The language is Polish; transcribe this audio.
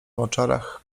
moczarach